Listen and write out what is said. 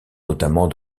notamment